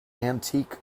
antique